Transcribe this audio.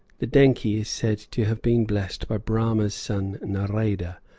the denkhi is said to have been blessed by brahma's son narada,